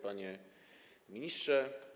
Panie Ministrze!